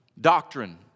doctrine